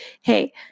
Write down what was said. hey